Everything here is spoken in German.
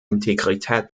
integrität